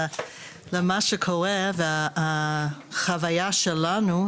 למה שקורה והחוויה שלנו,